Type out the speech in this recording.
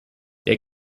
der